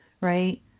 right